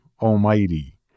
Almighty